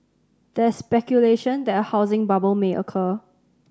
there is speculation that a housing bubble may occur